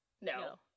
No